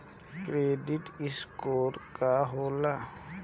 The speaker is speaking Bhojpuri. क्रेडिट स्कोर का होला?